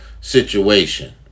situation